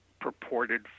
purported